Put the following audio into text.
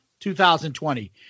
2020